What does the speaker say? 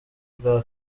bwa